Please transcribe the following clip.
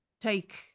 take